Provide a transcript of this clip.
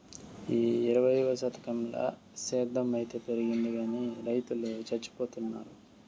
ఈ ఇరవైవ శతకంల సేద్ధం అయితే పెరిగింది గానీ రైతులు చచ్చిపోతున్నారు